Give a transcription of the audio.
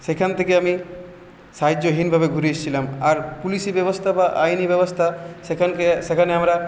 সেখান থেকে আমি সাহায্যহীনভাবে ঘুরে এসেছিলাম আর পুলিশি ব্যবস্থা বা আইনি ব্যবস্থা সেখানকার সেখানে আমরা